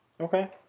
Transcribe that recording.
Okay